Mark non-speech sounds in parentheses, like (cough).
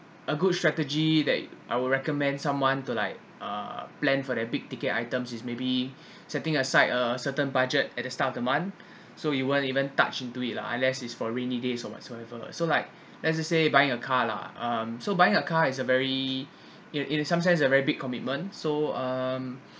a good strategy that I would recommend someone to like uh plan for their big ticket items is maybe (breath) setting aside a certain budget at the start of the month so you won't even touch into it lah unless it's for rainy days or whatsoever so let us say buying a car lah um so buying a car is a very (breath) in some sense it's a very big commitment so um